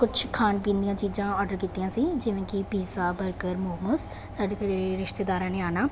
ਕੁਛ ਖਾਣ ਪੀਣ ਦੀਆਂ ਚੀਜ਼ਾਂ ਓਰਡਰ ਕੀਤੀਆਂ ਸੀ ਜਿਵੇਂ ਕਿ ਪੀਜ਼ਾ ਬਰਗਰ ਮੋਮਸ ਸਾਡੇ ਘਰ ਰਿਸ਼ਤੇਦਾਰਾਂ ਨੇ ਆਉਣਾ